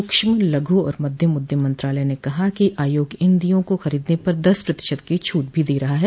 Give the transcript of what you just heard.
सूक्ष्म लघु और मध्यम उद्यम मंत्रालय ने कहा कि आयोग इन दीयों को खरीदने पर दस प्रतिशत की छूट भी दे रहा है